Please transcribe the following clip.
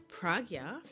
Pragya